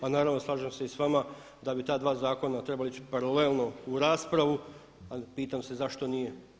A naravno slažem se i s vama da bi ta dva zakona trebala ići paralelno u raspravu ali pitam se zašto nije.